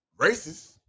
racist